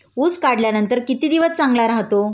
ऊस काढल्यानंतर किती दिवस चांगला राहतो?